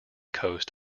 coast